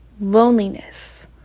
loneliness